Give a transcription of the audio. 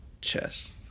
chess